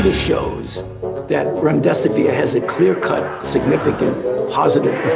shows that um disappear, has a clear cut, significant positive